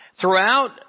Throughout